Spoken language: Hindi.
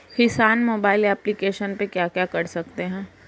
किसान मोबाइल एप्लिकेशन पे क्या क्या कर सकते हैं?